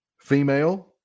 female